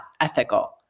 ethical